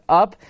up